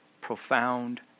profound